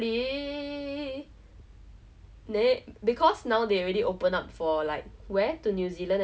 I was really very excited then it's like the day before then like um the cases in korea hit err one thousand